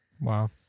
Wow